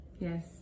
yes